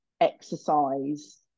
exercise